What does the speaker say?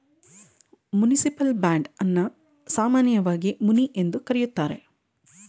municipal bond ಅನ್ನ ಸಾಮಾನ್ಯವಾಗಿ muni ಎಂದು ಕರೆಯುತ್ತಾರೆ